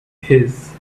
his